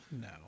No